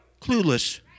clueless